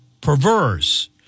perverse